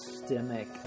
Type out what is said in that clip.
systemic